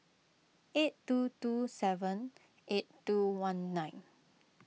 eight two two seven eight two one nine